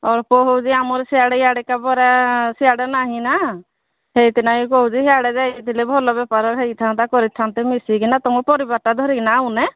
ଅଳ୍ପ ହେଉଛି ଆମର ସିଆଡ଼େ ଇଆଡ଼ିକା ବରା ସିଆଡ଼େ ନାହିଁ ନା ସେଇଥିପାଇଁ କହୁଛି ସିଆଡ଼େ ଯାଇଥିଲେ ଭଲ ବେପାର ହୋଇଥାନ୍ତା କରିଥାନ୍ତେ ମିଶିକିନା ତୁମ ପରିବାରଟା ଧରିକି ଆସୁନାହଁ